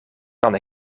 kan